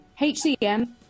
HCM